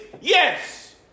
yes